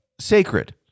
sacred